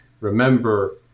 remember